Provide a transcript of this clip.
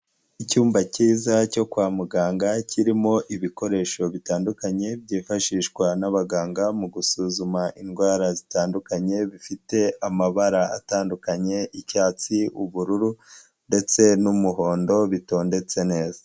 Icyumba kiza cyo kwa muganga kirimo ibikoresho bitandukanye, byifashishwa n'abaganga mu gusuzuma indwara zitandukanye, bifite amabara atandukanye icyatsi, ubururu ndetse n'umuhondo bitondetse neza.